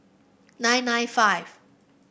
nine nine five